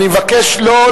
5,